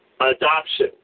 adoption